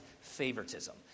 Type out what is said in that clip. favoritism